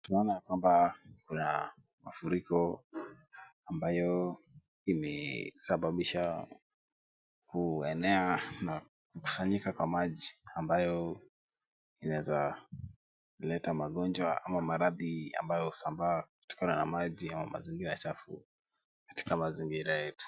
Tunaona ya kwamba kuna mafuriko ambayo imesababisha kuenea na kukusanyika kwa maji ambayo inaweza leta magonjwa ama maradhi ambayo husambaa kutokana na maji au mazingira chafu katika mazingira yetu.